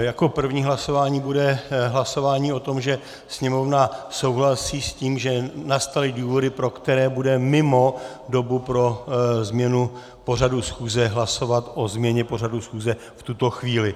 Jako první hlasování bude hlasování o tom, že Sněmovna souhlasí s tím, že nastaly důvody, pro které bude mimo dobu pro změnu pořadu schůze hlasovat o změně pořadu schůze v tuto chvíli.